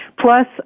Plus